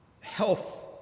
health